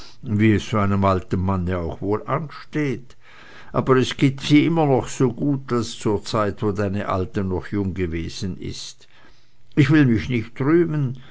wie es so einem alten manne auch wohl ansteht aber es gibt sie noch immer so gut als zur zeit wo deine alte noch jung gewesen ist ich will mich nicht rühmen